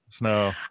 No